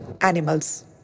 animals